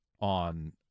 on